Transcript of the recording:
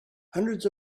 hundreds